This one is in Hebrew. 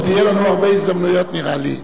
עוד יהיו לנו הרבה הזדמנויות, נראה לי.